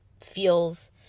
feels